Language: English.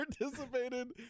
participated